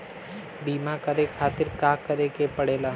बीमा करे खातिर का करे के पड़ेला?